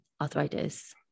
arthritis